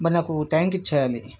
మరి నాకు టైంకి ఇచ్చేయాలి